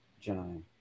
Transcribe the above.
John